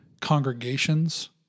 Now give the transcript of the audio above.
congregations